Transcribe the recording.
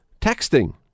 texting